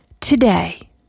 today